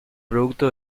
producto